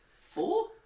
Four